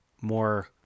more